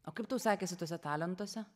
o kaip tau sekėsi tuose talentuose